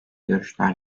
görüşler